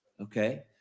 Okay